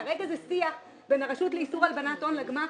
כרגע זה שיח בין הרשות לאיסור הלבנת הון לגמ"חים,